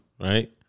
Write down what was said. right